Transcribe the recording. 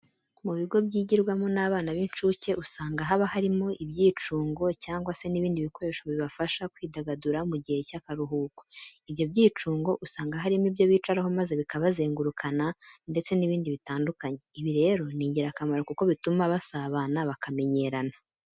Mu bigo byigirwamo n'abana b'incuke usanga haba harimo ibyicungo cyangwa se n'ibindi bikoresho bibafasha kwidagadura mu gihe cy'akaruhuko. Ibyo byicungo, usanga harimo ibyo bicaraho maze bikabazengurukana ndetse n'ibindi bitandukanye. Ibi rero ni ingirakamaro kuko bituma basabana bakamenyerana.